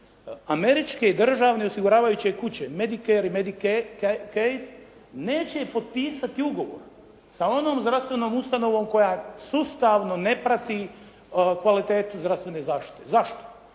Američke državne osiguravajuće kuće … /Ne razumije se./ … neće potpisati ugovor sa onom zdravstvenom ustanovom koja sustavno ne prati kvalitetu zdravstvene zaštite. Zašto?